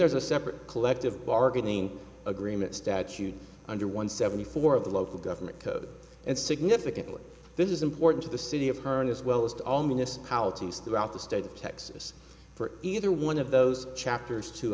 there's a separate collective bargaining agreement statute under one seventy four of the local government code and significantly this is important to the city of hern as well as to all municipalities throughout the state of texas for either one of those chapters to